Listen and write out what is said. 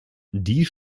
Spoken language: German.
dies